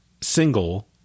single